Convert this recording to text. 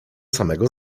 samego